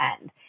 end